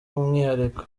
umwihariko